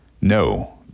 no